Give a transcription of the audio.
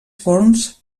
forns